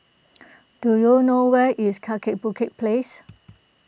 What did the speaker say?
do you know where is Kaki Bukit Place